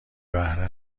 بهره